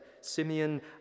Simeon